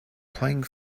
playing